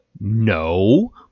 no